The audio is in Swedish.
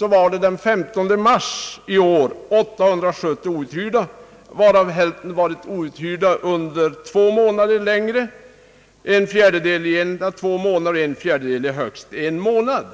var den 15 mars i år 870 outhyrda, varav hälften varit outhyrda under två månader eller längre, en fjärdedel under 1—2 månader och en fjärdedel under högst en månad.